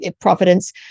providence